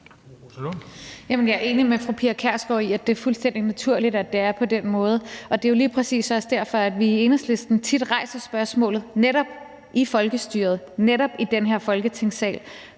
Jeg er enig med fru Pia Kjærsgaard i, at det er fuldstændig naturligt, at det er på den måde. Og det er jo også lige præcis derfor, at vi i Enhedslisten tit rejser spørgsmålet netop i folkestyret, netop i den her Folketingssal,